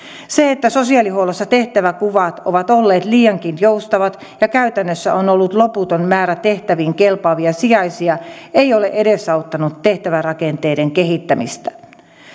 se että sosiaalihuollossa tehtävänkuvat ovat olleet liiankin joustavat ja käytännössä on ollut loputon määrä tehtäviin kelpaavia sijaisia ei ole edesauttanut tehtävärakenteiden kehittämistä